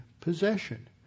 possession